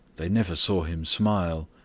they never saw him smile,